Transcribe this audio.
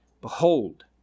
Behold